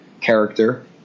character